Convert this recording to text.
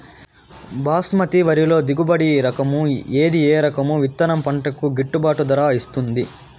బాస్మతి వరిలో దిగుబడి రకము ఏది ఏ రకము విత్తనం పంటకు గిట్టుబాటు ధర ఇస్తుంది